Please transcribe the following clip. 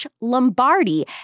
Lombardi